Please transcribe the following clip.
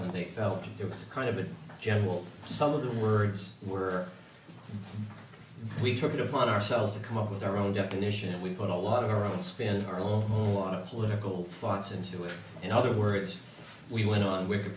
them they felt there was a kind of a general some of the words were we took it upon ourselves to come up with our own definition and we put a lot of our own spin our little lot of political thoughts into it in other words we went on wi